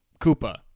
koopa